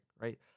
right